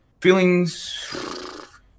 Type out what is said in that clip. feelings